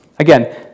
Again